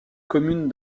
commune